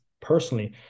personally